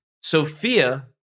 Sophia